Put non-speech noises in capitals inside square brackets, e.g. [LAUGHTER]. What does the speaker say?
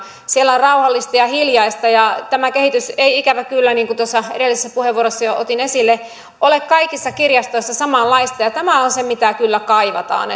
siellä on rauhallista ja hiljaista ja tämä kehitys ei ikävä kyllä niin kuin tuossa edellisessä puheenvuorossani jo otin esille ole kaikissa kirjastoissa samanlaista tämä on se mitä kyllä kaivataan [UNINTELLIGIBLE]